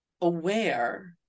aware